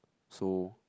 so